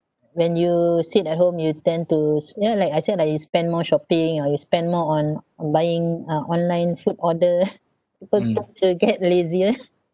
when you sit at home you tend to s~ ya like I said like you spend more shopping or you spend more on buying uh online food order you will get lazier